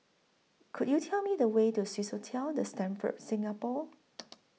Could YOU Tell Me The Way to Swissotel The Stamford Singapore